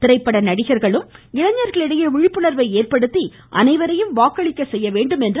திரைப்பட நடிகர்களும் இளைஞர்களிடையே விழிப்புணர்வை ஏற்படுத்தி அனைவரையும் வாக்களிக்க செய்ய வேண்டும் என்றார்